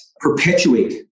perpetuate